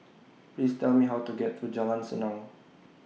Please Tell Me How to get to Jalan Senang